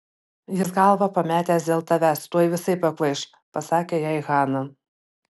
jis galvą pametęs dėl tavęs tuoj visai pakvaiš pasakė jai hana